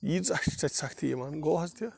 ییٖژاہ چھِ تتہِ سختی یِوان گوٚو حظ تہِ